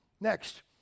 Next